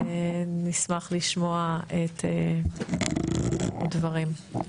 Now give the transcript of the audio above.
ונשמח לשמוע את הדברים.